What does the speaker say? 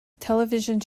television